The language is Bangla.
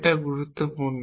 এটা গুরুত্বপূর্ণ